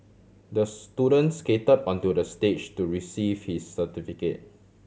the student skated onto the stage to receive his certificate